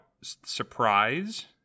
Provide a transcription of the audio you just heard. surprise